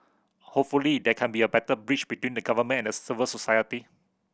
hopefully there can be a better bridge between the Government and civil society